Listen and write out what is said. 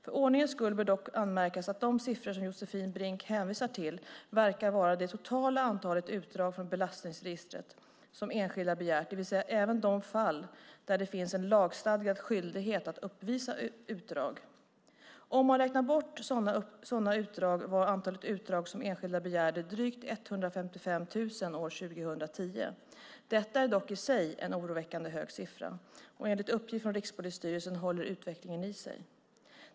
För ordningens skull bör dock anmärkas att de siffror som Josefin Brink hänvisar till verkar vara det totala antalet utdrag från belastningsregistret som enskilda begärt, det vill säga även de fall där det finns en lagstadgad skyldighet att uppvisa utdrag. Om man räknar bort sådana utdrag var antalet utdrag som enskilda begärde drygt 155 000 år 2010. Detta är dock i sig en oroande hög siffra, och enligt uppgift från Rikspolisstyrelsen håller utvecklingen i sig.